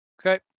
Okay